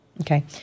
Okay